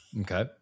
Okay